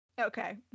Okay